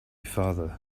farther